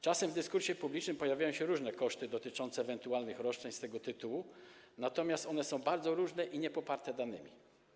Czasem w dyskursie publicznym pojawia się temat różnych kosztów dotyczących ewentualnych roszczeń z tego tytułu, natomiast one są bardzo różne i niepoparte danymi.